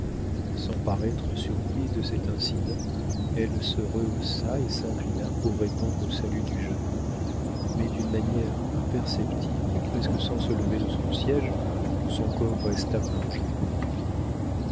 sans paraître surprise de cet accident elle se rehaussa et s'inclina pour répondre au salut du jeune homme mais d'une manière imperceptible et presque sans se lever de son siége où son corps resta plongé